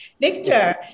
Victor